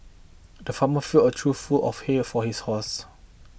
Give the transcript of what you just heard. the farmer filled a trough full of hay for his horse